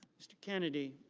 mr. kennedy.